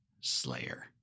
slayer